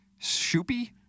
Shoopy